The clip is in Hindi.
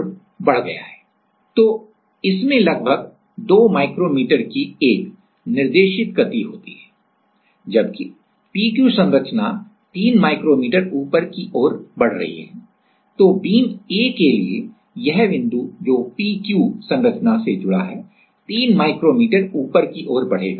नियत द्रव्यमान तो इसमें लगभग 2 माइक्रोमीटर की एक निर्देशित गति होती है जबकि p q संरचना 3 माइक्रोमीटर ऊपर की ओर बढ़ रही है तो बीम A के लिए यह बिंदु जो P Q संरचना से जुड़ा है तीन माइक्रोमीटर ऊपर की ओर बढ़ेगा